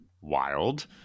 Wild